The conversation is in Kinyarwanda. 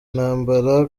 intambara